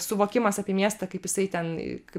suvokimas apie miestą kaip jisai ten kaip